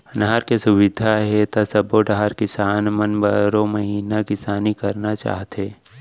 नहर के सुबिधा हे त सबो डहर किसान मन बारो महिना किसानी करना चाहथे